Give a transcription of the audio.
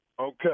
Okay